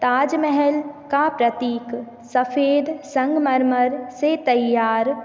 ताज महल का प्रतीक सफे़द संगमरमर से तैयार